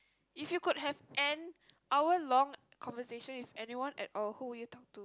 if you could have an hour long conversation with anyone at all who will you talk to